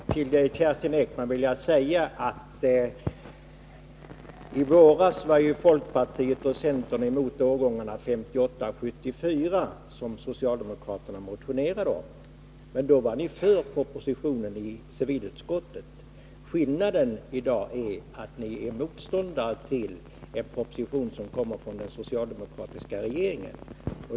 Herr talman! Till Kerstin Ekman vill jag säga att i våras var ju folkpartiet och centern emot förslaget att hyreshusavgiften skulle omfatta årgångarna 1958-1974, vilket socialdemokraterna motionerat om. Men då var ni i civilutskottet för propositionen. Skillnaden i dag är att ni är motståndare till en proposition som kommer från den socialdemokratiska regeringen.